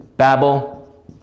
Babel